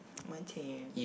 my tent